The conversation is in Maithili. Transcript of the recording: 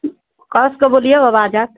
कस कऽ बोलियौ आवाज आयत